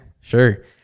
sure